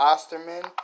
Osterman